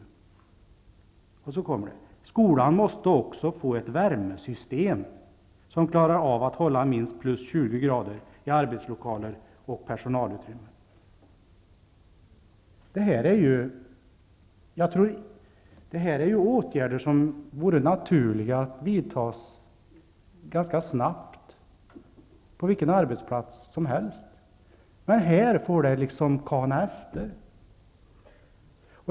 Sedan står det: Skolan måste också få ett värmesystem som klarar av att hålla minst +20 Detta är åtgärder som vore naturliga att vidta ganska snabbt på vilken arbetsplats som helst. Men här får det kana efter.